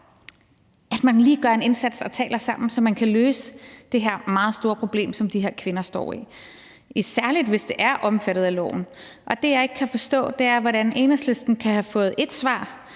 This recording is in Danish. at man lige gør en indsats og taler sammen, så man kan løse det her meget store problem, som disse kvinder er ramt af, særlig hvis det er omfattet af loven. Det, jeg ikke kan forstå, er, hvordan Enhedslisten kan have fået ét svar